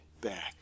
back